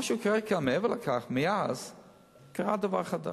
היתה הזנחה במשרד הבריאות,